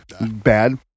Bad